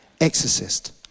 Exorcist